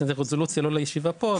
זה לרזולוציה לא לישיבה פה,